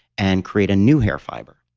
and create a new hair fiber.